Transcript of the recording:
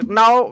now